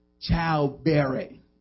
childbearing